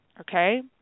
Okay